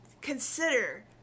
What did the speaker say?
consider